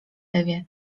ewie